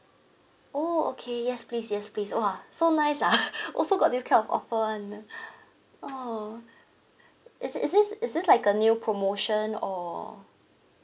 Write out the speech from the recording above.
oh okay yes please yes please oh !wah! so nice ah also got this kind of offer [one] orh is is this is this like a new promotion or